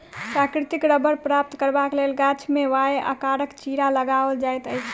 प्राकृतिक रबड़ प्राप्त करबाक लेल गाछ मे वाए आकारक चिड़ा लगाओल जाइत अछि